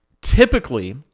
typically